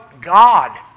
God